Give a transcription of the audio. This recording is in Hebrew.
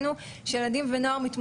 הפשיטה את דמות האווטאר,